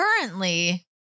currently